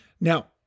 now